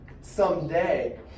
someday